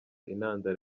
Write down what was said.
intandaro